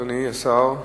אדוני השר,